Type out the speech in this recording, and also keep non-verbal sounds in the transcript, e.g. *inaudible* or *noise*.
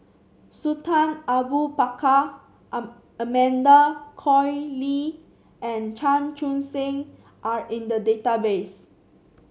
Sultan Abu Bakar *unintelligible* Amanda Koe Lee and Chan Chun Sing are in the database